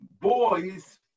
Boys